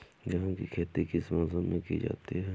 गेहूँ की खेती किस मौसम में की जाती है?